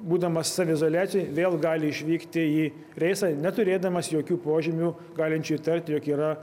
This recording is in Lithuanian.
būdamas saviizoliacijoj vėl gali išvykti į reisą neturėdamas jokių požymių galinčių įtarti jog yra